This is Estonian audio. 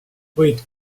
võid